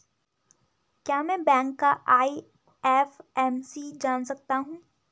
क्या मैं बैंक का आई.एफ.एम.सी जान सकता हूँ?